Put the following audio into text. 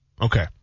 Okay